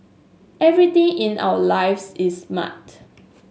everything in our lives is smart